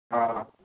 हा हा